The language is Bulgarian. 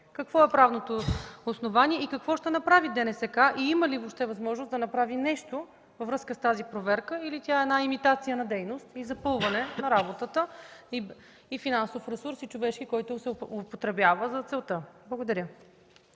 Какво е правното основание и какво ще направи ДНСК, и има ли въобще възможност да направи нещо във връзка с тази проверка, или тя е имитация на дейност, запълване на работата, финансов и човешки ресурс, който се употребява за целта? Благодаря.